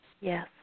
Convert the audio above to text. Yes